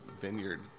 vineyard